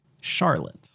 Charlotte